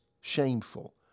shameful